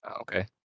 Okay